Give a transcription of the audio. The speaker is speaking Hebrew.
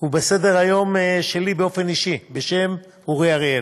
ובסדר-היום שלי באופן אישי, בשם אורי אריאל,